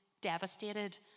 devastated